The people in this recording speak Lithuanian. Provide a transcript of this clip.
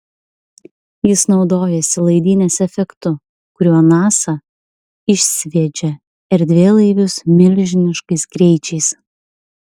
jis naudojasi laidynės efektu kuriuo nasa išsviedžia erdvėlaivius milžiniškais greičiais